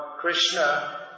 Krishna